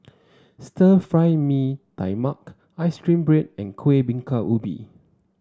Stir Fried Mee Tai Mak ice cream bread and Kuih Bingka Ubi